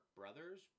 brothers